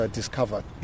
discovered